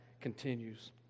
continues